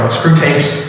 Screwtape's